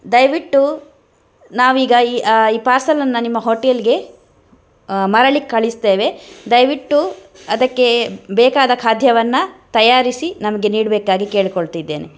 ದಯವಿಟ್ಟು ನಾವೀಗ ಈ ಈ ಪಾರ್ಸಲನ್ನು ನಿಮ್ಮ ಹೋಟೆಲ್ಗೆ ಮರಳಿ ಕಳಿಸ್ತೇವೆ ದಯವಿಟ್ಟು ಅದಕ್ಕೆ ಬೇಕಾದ ಖಾದ್ಯವನ್ನು ತಯಾರಿಸಿ ನಮಗೆ ನೀಡಬೇಕಾಗಿ ಕೇಳ್ಕೊಳ್ತಿದ್ದೇನೆ